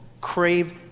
crave